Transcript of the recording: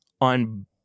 on